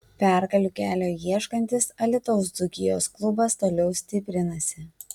pergalių kelio ieškantis alytaus dzūkijos klubas toliau stiprinasi